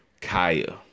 Kaya